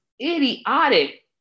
idiotic